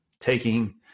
taking